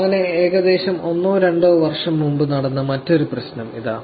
അങ്ങനെ ഏകദേശം ഒന്നോ രണ്ടോ വർഷം മുമ്പ് നടന്ന മറ്റൊരു പ്രശ്നം ഇതാ